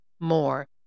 more